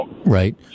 Right